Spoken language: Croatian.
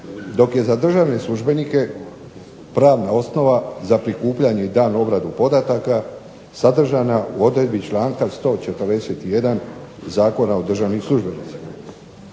Dok je za državne službenike pravna osnova za prikupljanje i daljnju obradu podataka sadržana u odredbi članka 141. Zakona o državnim službenicima.